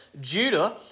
Judah